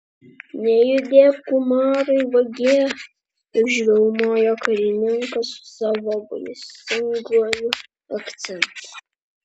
nejudėk umarai vagie užriaumojo karininkas su savo baisinguoju akcentu